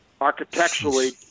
architecturally